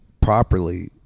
properly